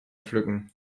pflücken